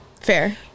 Fair